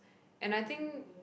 and I think